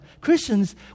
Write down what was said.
Christians